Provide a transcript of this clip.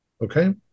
Okay